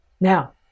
Now